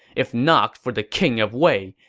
if not for the king of wei,